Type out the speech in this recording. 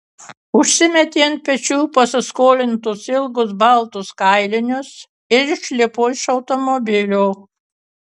užsimetė ant pečių pasiskolintus ilgus baltus kailinius ir išlipo iš automobilio